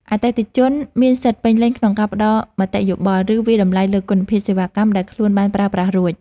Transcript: អតិថិជនមានសិទ្ធិពេញលេញក្នុងការផ្ដល់មតិយោបល់ ឬវាយតម្លៃលើគុណភាពសេវាកម្មដែលខ្លួនបានប្រើប្រាស់រួច។